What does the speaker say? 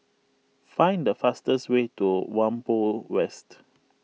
find the fastest way to Whampoa West